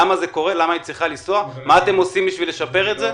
למה היא צריכה לנסוע ומה אתם עושים בשביל לשפר את זה?